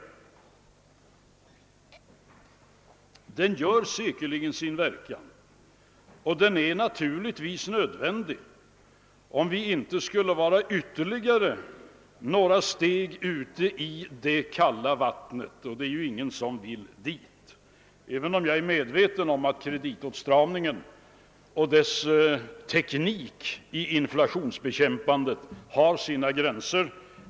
Den har säkerligen sin verkan och den är nödvändig, om vi inte vill ta ytterligare några steg ut i det kalla vattnet, och det är ju ingen som önskar komma dit — även om jag är medveten om att kreditåtstramningens teknik har sina gränser såsom ett medel i inflationsbekämpande syfte.